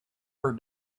her